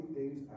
days